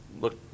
look